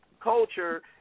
culture